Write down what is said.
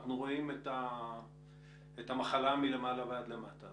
אנחנו רואים את המחלה מלמעלה ועד למטה.